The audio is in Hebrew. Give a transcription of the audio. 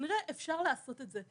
אפשר לעשות את זה.